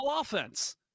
offense